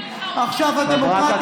תפריעי.